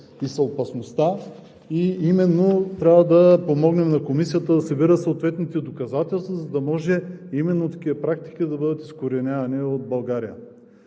и опасността, трябва да помогнем на Комисията да събере съответните доказателства, за да може именно такива практики да бъдат изкоренявани от България.